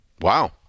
Wow